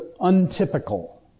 untypical